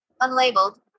Unlabeled